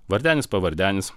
vardenis pavardenis